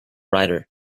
rider